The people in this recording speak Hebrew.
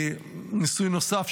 ניסוי נוסף,